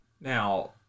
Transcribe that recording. Now